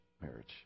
marriage